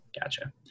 Gotcha